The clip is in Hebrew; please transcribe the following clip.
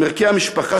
עם ערכי המשפחה,